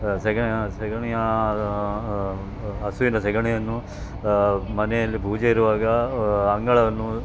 ಸಗಣಿ ಸಗಣಿಯ ಹಸುವಿನ ಸಗಣಿಯನ್ನು ಮನೆಯಲ್ಲಿ ಪೂಜೆ ಇರುವಾಗ ಅಂಗಳವನ್ನು